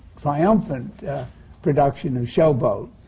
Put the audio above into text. triumphant production of show boat.